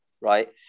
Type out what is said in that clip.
right